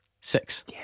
Six